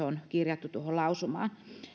on kirjattu tuohon